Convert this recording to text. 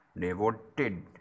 devoted